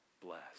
bless